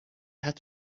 have